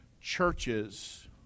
churches